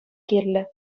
кирлӗ